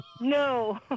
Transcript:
No